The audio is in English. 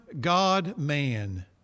God-man